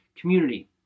community